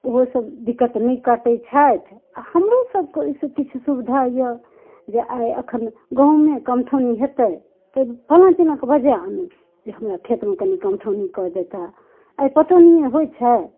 ओहो सब दिक्कत नहि कटै छथि आओर हमरो सबके ओइसँ किछु सुविधा यऽ जे आइ एखन गाँवमे कण्ठौनी हेतै तऽ फलना चिलनाके बजाय आनू जे हमरा खेतमे कनी कण्ठौनी कऽ देता आइ पटौनिये होइ छै